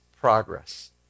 progress